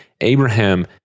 Abraham